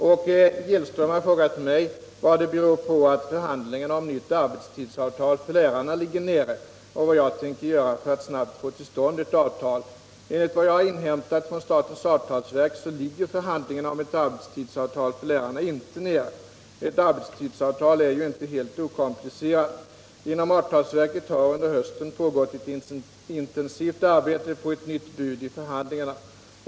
Herr talman! Åke Gillström har frågat mig vad det beror på att förhandlingarna om nytt arbetstidsavtal för lärarna ligger nere och vad jag tänker göra för att snabbt få till stånd ett avtal. Enligt vad jag har inhämtat från statens avtalsverk ligger förhandlingarna om ett arbetstidsavtal för lärarna inte nere. Ett arbetstidsavtal är ju inte helt okomplicerat. Inom avtalsverket har under hösten pågått ett intensivt arbete på ett nytt ”bud” i förhandlingarna.